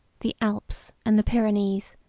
the alps, and the pyrenees,